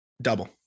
double